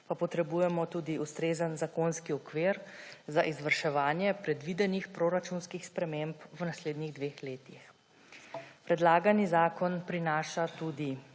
pa potrebujemo tudi ustrezen zakonski okvir za izvrševanje predvidenih proračunskih sprememb v naslednjih dveh letih. Predlagani zakon prinaša tudi